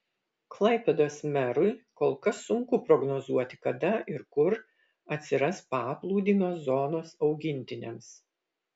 klaipėdos merui kol kas sunku prognozuoti kada ir kur atsiras paplūdimio zonos augintiniams